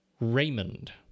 Raymond